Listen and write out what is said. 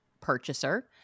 purchaser